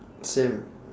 same